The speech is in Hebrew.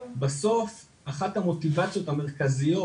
בסוף אחת המוטיבציות המרכזיות